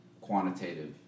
quantitative